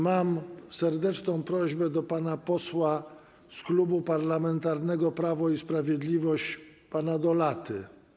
Mam serdeczną prośbę do pana posła z Klubu Parlamentarnego Prawo i Sprawiedliwość, pana Dolaty.